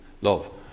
love